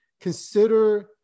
consider